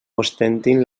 ostentin